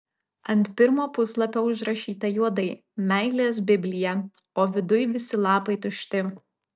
ant pirmo puslapio užrašyta juodai meilės biblija o viduj visi lapai tušti